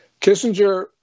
Kissinger